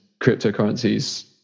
cryptocurrencies